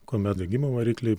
kuomet degimo varikliai